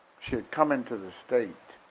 she had come into the state,